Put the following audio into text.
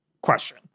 question